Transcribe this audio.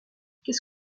qu’est